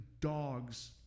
dogs